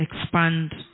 expand